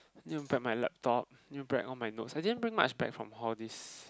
need to bring my laptop need to bring all my notes I didn't bring much back from hall these